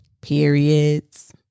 periods